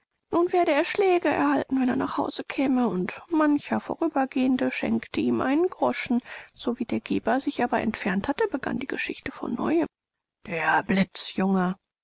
nun werde er schläge erhalten wenn er nach hause käme und mancher vorübergehende schenkte ihm einen groschen so wie der geber sich aber entfernt hatte begann die geschichte von neuem vater der